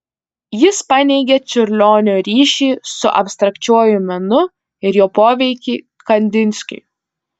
jis paneigė čiurlionio ryšį su abstrakčiuoju menu ir jo poveikį kandinskiui